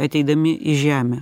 ateidami į žemę